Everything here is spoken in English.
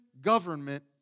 government